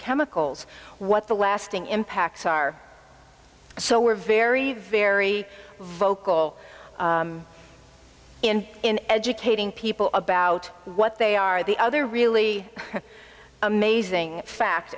chemicals what the lasting impacts are so we're very very vocal in in educating people about what they are the other really amazing fact